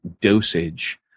dosage